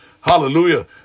hallelujah